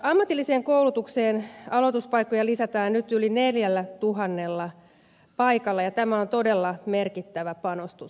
ammatilliseen koulutukseen aloituspaikkoja lisätään nyt yli neljällä tuhannella paikalla ja tämä on todella merkittävä panostus